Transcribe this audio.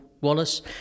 Wallace